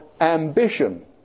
ambition